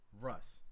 Russ